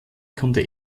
konnte